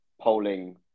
polling